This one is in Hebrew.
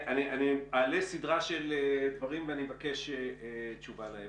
אעלה סדרה של דברים ואבקש תשובה עליהם.